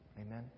Amen